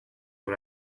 sur